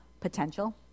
potential